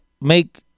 make